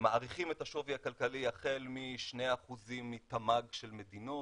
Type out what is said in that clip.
מעריכים את השווי הכלכלי החל מ-2% מתמ"ג של מדינות,